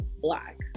Black